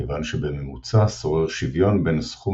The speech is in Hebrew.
כיוון שבממוצע שורר שוויון בין סכום